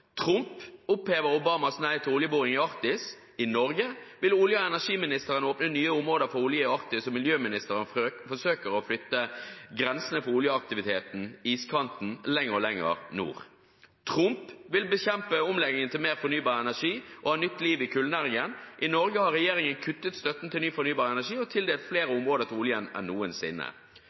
Trump opphever Obamas nei til oljeboring i Arktis; i Norge vil olje- og energiministeren åpne nye områder for olje i Arktis, og miljøministeren forsøker å flytte grensene for oljeaktiviteten – iskanten – lenger og lenger nord. Trump vil bekjempe omleggingen til mer fornybar energi og ha nytt liv i kullnæringen; i Norge har regjeringen kuttet støtten til ny fornybar energi og tildelt flere områder til olje enn noensinne.